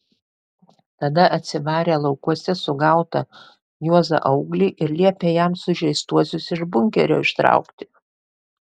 tada atsivarė laukuose sugautą juozą auglį ir liepė jam sužeistuosius iš bunkerio ištraukti